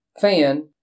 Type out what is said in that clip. fan